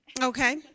Okay